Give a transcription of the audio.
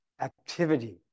activity